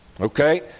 Okay